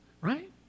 right